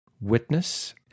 witness